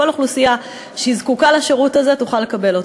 כל אוכלוסייה שזקוקה לשירות הזה תוכל לקבל אותו.